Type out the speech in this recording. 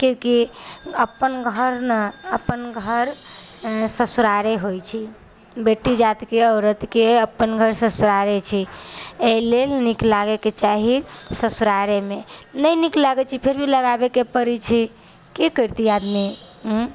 क्योंकि अपन घर ना अपन घर ससुरारे होइ छै बेटी जातके औरतके अपन घर ससुरारे छै एहिलेल नीक लागयके चाही ससुरारेमे नहि नीक लागै छै फिर भी लगाबयके पड़ै छै की करतियै आदमी